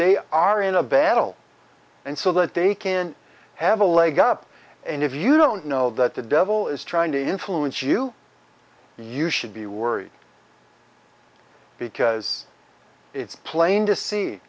they are in a battle and so that they can have a leg up and if you don't know that the devil is trying to influence you you should be worried because it's plain to see